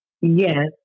Yes